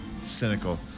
cynical